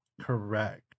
Correct